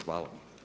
Hvala.